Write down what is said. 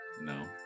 No